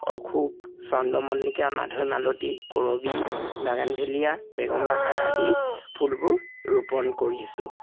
অশোক চন্দ্ৰমল্লিকা মাধৈমালতী কৰবী বাগান ভেলিয়া বেগম বাহাৰ আদি ফুলবোৰ ৰোপণ কৰিছোঁ